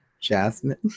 Jasmine